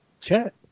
Chat